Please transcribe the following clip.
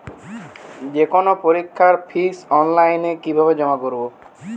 যে কোনো পরীক্ষার ফিস অনলাইনে কিভাবে জমা করব?